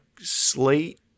slate